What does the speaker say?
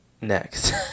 Next